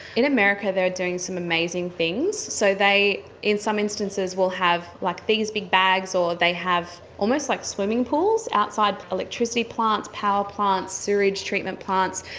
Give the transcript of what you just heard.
in america they are doing some amazing things. so they in some instances will have like these big bags or they have almost like swimming pools outside electricity plants, power plants, sewerage treatment plants,